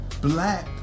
black